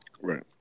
Right